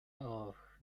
och